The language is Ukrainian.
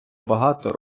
багато